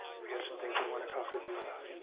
we have some things we want to talk with you about.